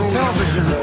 television